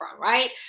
right